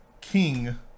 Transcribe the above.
king